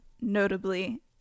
notably